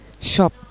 shop